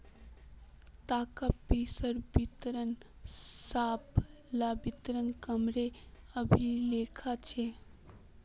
ताका पिसार विवरण सब ला वित्तिय कामेर अभिलेख छे